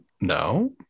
no